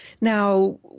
Now